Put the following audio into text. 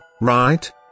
right